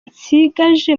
nsigaje